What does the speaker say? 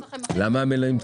למה המלאים תקועים?